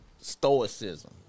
Stoicism